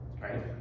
right